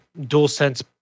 DualSense